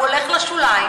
הוא הולך לשוליים,